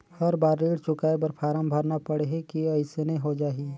हर बार ऋण चुकाय बर फारम भरना पड़ही की अइसने हो जहीं?